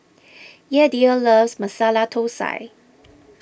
Yadiel loves Masala Thosai